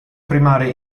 primarie